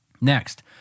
Next